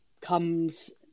comes